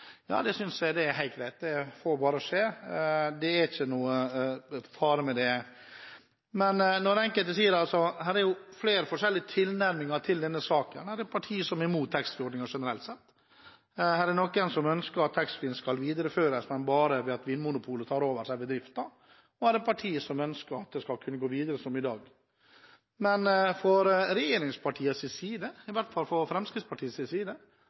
det. Men her er det flere forskjellige tilnærminger til saken, det er partier som er imot taxfree-ordningen generelt sett, det er noen som ønsker at taxfree-ordningen skal videreføres, men bare ved at Vinmonopolet tar over selve driften, og det er partier som ønsker at ordningen skal kunne gå videre som i dag. Fra regjeringspartienes side, i hvert fall fra Fremskrittspartiets side,